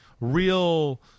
real